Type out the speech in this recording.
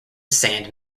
sand